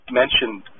mentioned